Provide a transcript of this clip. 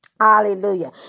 Hallelujah